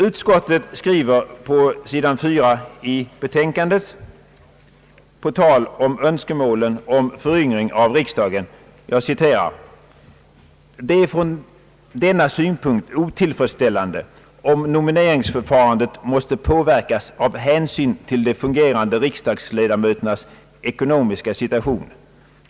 Utskottet skriver på sidan 4 i betänkandet på tal om önskemålen om föryngring avriksdagen:»Det är från denna synpunkt otillfredsställande, om nomineringsförfarandet måste påverkas av hänsyn till de fungerande riksdagsledamöternas ekonomiska situation.